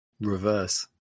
reverse